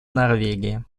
норвегии